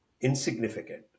insignificant